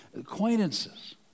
acquaintances